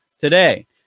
today